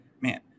man